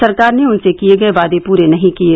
सरकार ने उनसे किये गये वादे पूरे नहीं किये